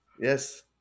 Yes